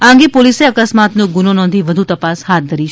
આ અંગે પોલીસે અકસ્માતનો ગુનો નોંધી વધુ તપાસ હાથ ધરી છે